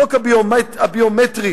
החוק הביומטרי,